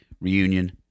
reunion